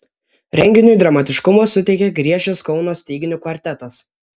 renginiui dramatiškumo suteikė griežęs kauno styginių kvartetas